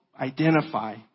identify